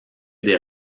des